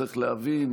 צריך להבין,